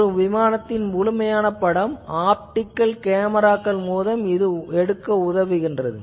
ஒரு விமானத்தை முழுமையாக படம் ஆப்டிகல் கேமராக்கள் மூலம் எடுக்க இது உதவுகின்றது